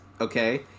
Okay